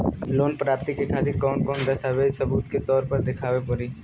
Loan प्राप्ति के खातिर कौन कौन दस्तावेज सबूत के तौर पर देखावे परी?